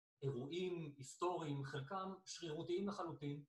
אירועים היסטוריים, חלקם שרירותיים לחלוטין